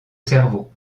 cerveau